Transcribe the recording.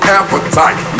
appetite